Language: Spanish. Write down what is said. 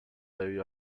debido